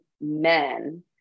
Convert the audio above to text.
men